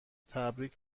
تبریک